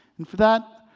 and for that,